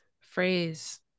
phrase